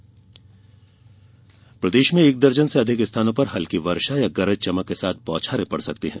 मौसम प्रदेश में एक दर्जन से अधिक स्थानों पर हल्की वर्षा या गरज चमक के साथ बौछारें पड़ सकती है